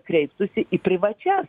kreiptųsi į privačias